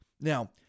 Now